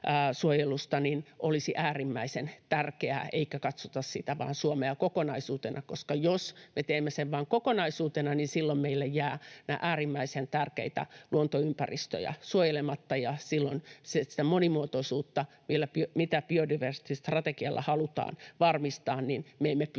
olisi äärimmäisen tärkeää, eikä katsota Suomea vain kokonaisuutena, koska jos me teemme sen vain kokonaisuutena, niin silloin meille jää äärimmäisen tärkeitä luontoympäristöjä suojelematta ja silloin siihen monimuotoisuuteen, mitä biodiversiteettistrategialla halutaan varmistaa, emme pysty.